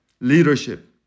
leadership